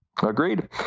Agreed